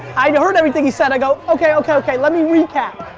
i'd heard everything he said. i go, okay okay okay let me recap.